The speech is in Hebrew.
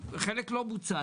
לא בוצע.